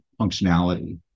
functionality